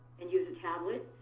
and use a tablet.